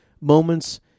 moments